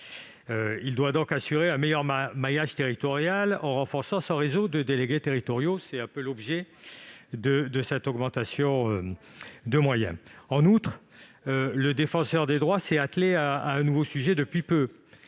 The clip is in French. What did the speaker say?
Il doit donc assurer un meilleur maillage territorial en renforçant son réseau de délégués territoriaux- tel est l'objet de cette augmentation de moyens. En outre, depuis peu, le Défenseur des droits s'est attelé à un nouveau sujet : je